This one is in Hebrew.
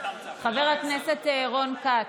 חבר הכנסת רון כץ.